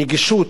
לנגישות,